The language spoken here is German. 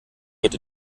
wird